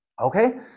okay